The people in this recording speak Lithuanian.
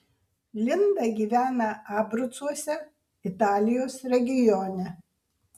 linda gyvena abrucuose italijos regione